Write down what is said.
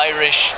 Irish